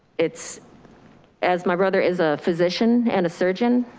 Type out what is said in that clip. it's as my brother is a physician and a surgeon,